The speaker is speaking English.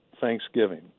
thanksgiving